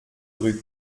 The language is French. rue